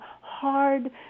hard